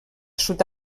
sud